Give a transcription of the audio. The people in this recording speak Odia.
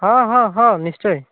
ହଁ ହଁ ନିଶ୍ଚୟ